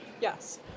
Yes